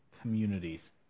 communities